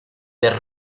der